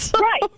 Right